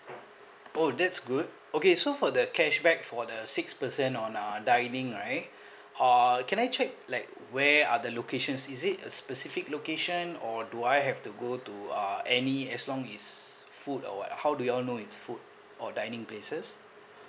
oh that's good okay so for the cashback for the six percent on uh dining right uh can I check like where are the locations is it a specific location or do I have to go to uh any as long it's food or what how do you all know it's food or dining places